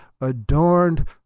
adorned